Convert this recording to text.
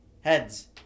Heads